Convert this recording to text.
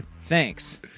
Thanks